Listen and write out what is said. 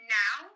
now